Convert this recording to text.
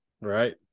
Right